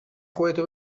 خودتو